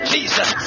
Jesus